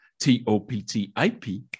T-O-P-T-I-P